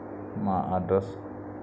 మా అడ్రస్